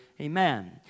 Amen